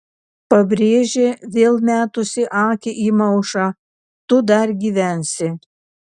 pabrėžė vėl metusi akį į maušą tu dar gyvensi